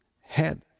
head